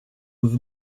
with